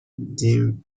jim